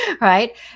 Right